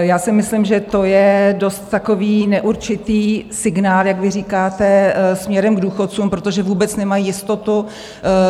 Já si myslím, že to je dost takový neurčitý signál, jak vy říkáte, směrem k důchodcům, protože vůbec nemají jistotu,